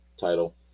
Title